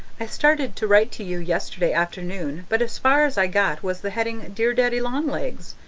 i started to write to you yesterday afternoon, but as far as i got was the heading, dear daddy-long-legs,